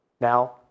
Now